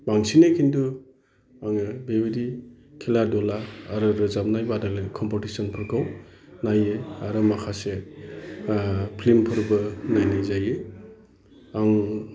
बांसिनै खिन्थु आङो बै बायदि खेला दुला आरो रोजाबनाय बादायलायनाय कम्पेटिसन फोरखौ नायो आरो माखासे फिल्मफोरबो नायनाय जायो आं